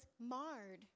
marred